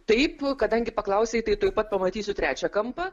taip kadangi paklausei tai tuoj pat pamatysiu trečią kampą